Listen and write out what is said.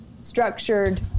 structured